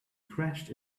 crashed